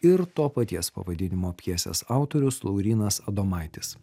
ir to paties pavadinimo pjesės autorius laurynas adomaitis